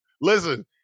listen